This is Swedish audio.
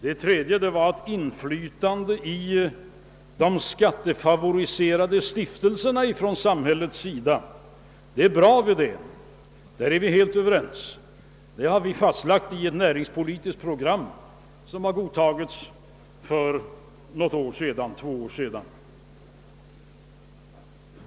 Det tredje önskemålet var inflytande från samhällets sida över de skattefavoriserade stiftelserna. Det är bra, Weden! Där är vi helt överens. Samma sak har vi fastlagt i ett näringspolitiskt program som godtogs för ett par år sedan.